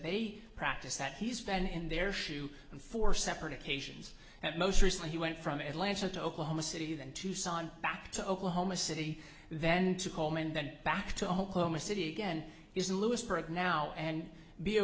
they practice that he's been in their shoe and four separate occasions and most recently he went from atlanta to oklahoma city then tucson back to oklahoma city then to call and then back to oklahoma city again is lewisburg now and b o